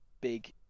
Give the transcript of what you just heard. big